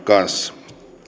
kanssa